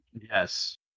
Yes